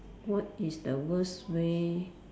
what is the worst way